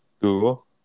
Google